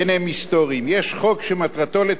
יש חוק שמטרתו לתקן את המציאות,